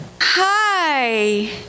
hi